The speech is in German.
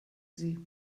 sie